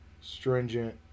stringent